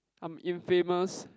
I'm infamous